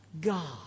God